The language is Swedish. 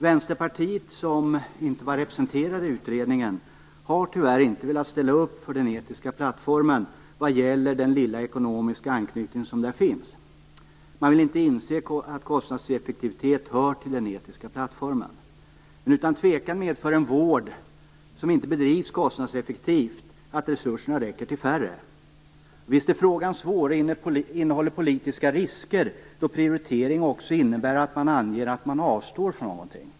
Vänsterpartiet, som inte var representerat i utredningen, har tyvärr inte velat ställa upp för den etiska plattformen vad gäller den lilla ekonomiska anknytning som där finns. Man vill inte inse att kostnadseffektivitet hör till den etiska plattformen. Utan tvekan medför en vård som inte bedrivs kostnadseffektivt att resurserna räcker till färre. Visst är frågan svår och visst innehåller den politiska risker. Prioritering innebär ju också att man anger att man avstår från någonting.